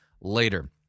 later